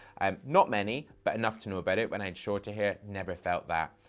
um not many, but enough to know about it. when i had shorter hair, never felt that.